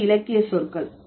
இவை இலக்கிய சொற்கள்